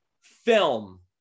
Film